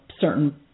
certain